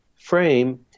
frame